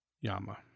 Yama